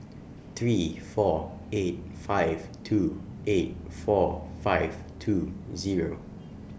three four eight five two eight four five two Zero